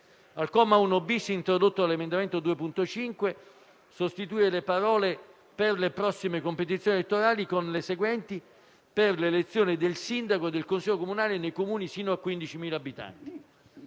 Al comma 1-*bis,* introdotto l'emendamento 2.5, si propone di sostituire le parole: «per le prossime competizioni elettorali» con le seguenti: «per l'elezione del sindaco e del consiglio comunale nei Comuni fino a 15.000 abitanti».